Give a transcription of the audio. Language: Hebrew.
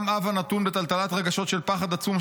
גם אב הנתון בטלטלת רגשות של פחד עצום,